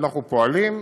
ואנחנו פועלים,